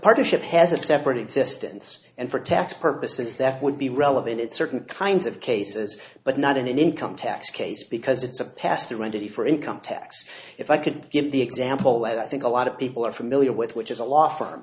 partnership has a separate existence and for tax purposes that would be relevant in certain kinds of cases but not in an income tax case because it's a pastor entity for income tax if i could give the example that i think a lot of people are familiar with which is a law f